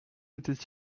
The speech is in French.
était